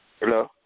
Hello